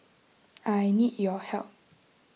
I need your help